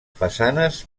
façanes